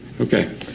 Okay